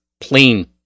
plain